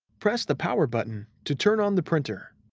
press the power button to turn on the printer.